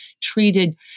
treated